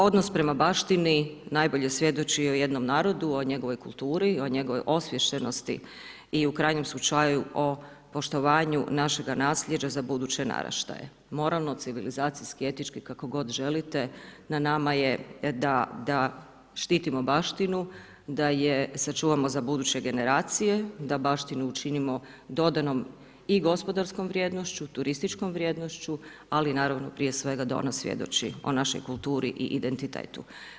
Odnos prema baštini, najbolji svjedoči o jednom narodu, o njegovoj kulturi, o njegovoj osviještenosti i u krajnjem slučaju, o poštovanju našega naslijeđa za buduće naraštaje, moralno, civilizacijski, etički, kako god želite na nama je da štitimo baštinu, da je sačuvamo za buduće generacije, da baštinu učinimo, dodano i gospodarskom vrijednošću, turističkom vrijednošću, ali naravno, da ona prije svega svjedoči o našoj kulturi i identitetu.